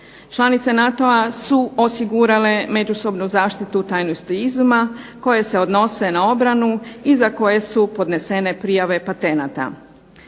Članice NATO-a su osigurale međusobnu zaštitu tajnosti izuma koje se odnose na obranu i za koje su podnesene prijave patenata.